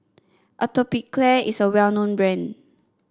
Atopiclair is a well known brand